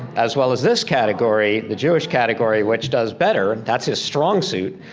as well as this category, the jewish category, which does better, that's his strong suit.